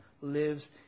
lives